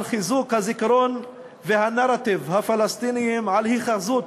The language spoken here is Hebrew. על חיזוק הזיכרון והנרטיב הפלסטיניים, על היאחזות